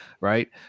right